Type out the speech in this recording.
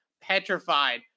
petrified